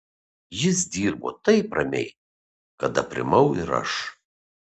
jis dirbo taip ramiai kad aprimau ir aš